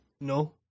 No